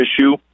issue